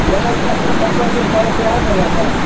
अएबै तब ने पसन्द जे पड़त सएह ने लेबै